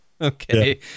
Okay